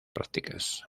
prácticas